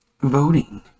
voting